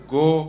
go